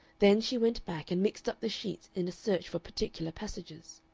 then she went back and mixed up the sheets in a search for particular passages.